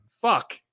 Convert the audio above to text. fuck